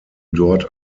dort